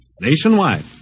nationwide